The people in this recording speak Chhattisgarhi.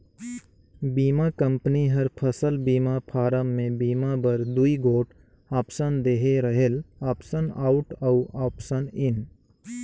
बीमा कंपनी हर फसल बीमा फारम में बीमा बर दूई गोट आप्सन देहे रहेल आप्सन आउट अउ आप्सन इन